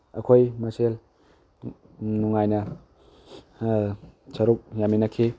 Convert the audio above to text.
ꯑꯩꯈꯣꯏ ꯃꯁꯦꯜ ꯅꯨꯉꯥꯏꯅ ꯁꯔꯨꯛ ꯌꯥꯃꯤꯟꯅꯈꯤ